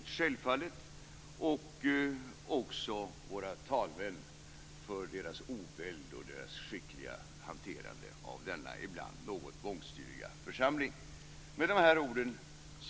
utskottskansliet och också våra talmän för deras oväld och deras skickliga hantering av denna ibland något bångstyriga församling. Med dessa